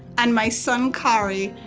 and my son, khari,